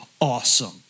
awesome